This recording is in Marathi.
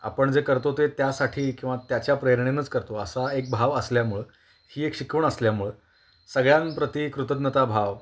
आपण जे करतो ते त्यासाठी किंवा त्याच्या प्रेरणेनेच करतो असा एक भाव असल्यामुळं ही एक शिकवण असल्यामुळं सगळ्यांप्रती कृतज्ञताभाव